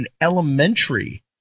elementary